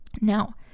Now